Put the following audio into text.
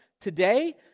today